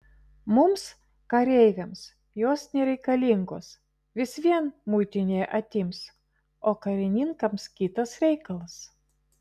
mums kareiviams jos nereikalingos vis vien muitinėje atims o karininkams kitas reikalas